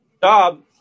job